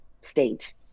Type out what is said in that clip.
state